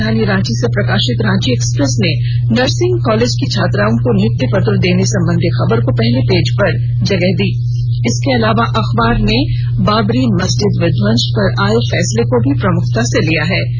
राजधानी रांची से प्रकाशित रांची एक्सप्रेस ने नर्सिंग कॉलेज की छात्राओं र्को नियुक्ति पत्र देने संबंधी खबर को पहले पेज पर जगह दी है इसके अलावा अखबार ने बाबरी मस्जिद विध्वंश पर आये फैसले को भी प्रमुखता से प्रकाशित किया है